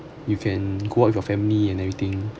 you can go out with your family and everything